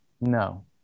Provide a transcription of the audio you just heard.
No